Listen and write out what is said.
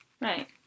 right